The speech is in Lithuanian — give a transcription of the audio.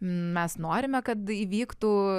mes norime kad įvyktų